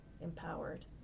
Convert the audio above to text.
empowered